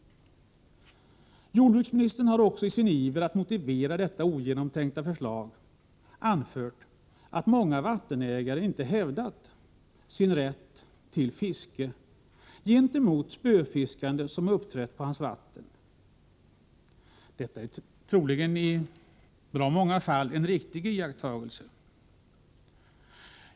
Jordbruksministern har också i sin iver att motivera detta ogenomtänkta förslag anfört att många vattenägare inte hävdat sin rätt till fiske gentemot spöfiskare som uppträtt på hans vatten. Detta är troligen i bra många fall en riktig iakttagelse.